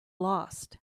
lost